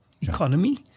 economy